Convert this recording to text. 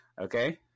okay